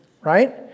right